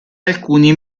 alcuni